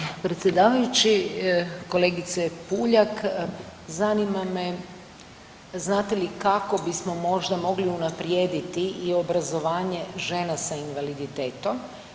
Poštovani predsjedavajući, kolegice Puljak, zanima me znate li kako bismo možda mogli unaprijediti i obrazovanje žena sa invaliditetom.